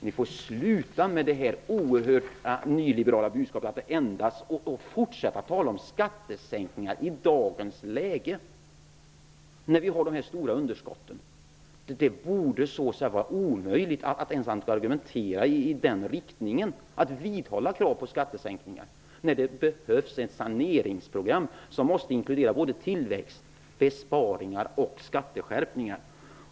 Ni får sluta med detta oerhört nyliberala budskap och att fortsätta att tala om skattesänkningar i dagens läge när vi har dessa stora underskott! Det borde vara omöjligt att ens argumentera i den riktningen och vidhålla krav på skattesänkningar när det behövs ett saneringsprogram som måste integrera tillväxt, besparingar och skatteskärpningar.